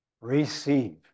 receive